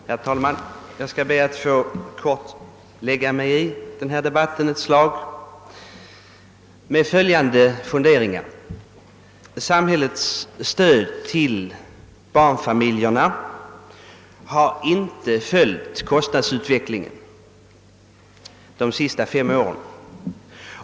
Herr talman! Jag skall be att något få lägga mig i den här debatten och framföra följande funderingar. Samhällets stöd till barnfamiljerna har inte följt kostnadsutvecklingen under de senaste fem åren.